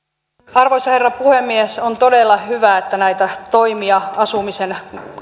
arvoisa herra puhemies on todella hyvä että näitä toimia asumisen